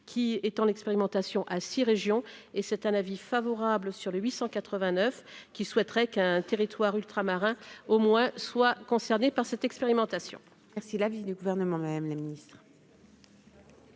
qui étend l'expérimentation à 6 régions et c'est un avis favorable sur le 800 89 qui souhaiterait qu'un territoire ultramarin au moins soient concernées par cette expérimentation.